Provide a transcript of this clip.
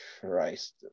christ